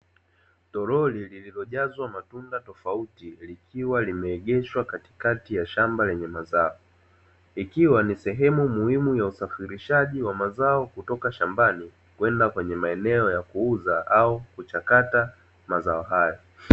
Tolori lililojazwa matunda tofauti likiwa limeegeshwa katikati ya shamba lenye mazao, ikiwa ni sehemu muhimu ya usafirishaji wa mazao kutoka shambani kwenda kwenye maeneo ya kuuza au kuchakata mazao hayo.